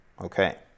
Okay